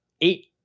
eight